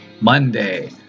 Monday